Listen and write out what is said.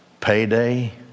Payday